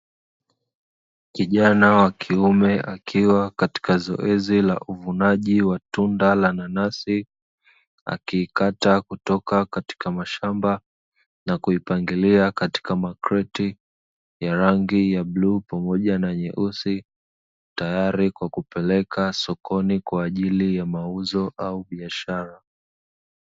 Kijana wa kiume akiwa katika zoezi la uvunaji wa tunda la nanasi, akiikata kutoka katika mashamba, na kuipangilia katika makreti ya rangi ya bluu pamoja na nyeusi, tayari kwa kupeleka sokoni kwa ajili ya mauzo au biashara.